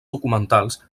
documentals